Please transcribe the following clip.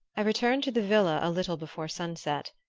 i returned to the villa a little before sunset,